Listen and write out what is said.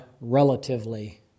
relatively